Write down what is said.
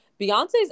Beyonce's